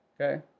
Okay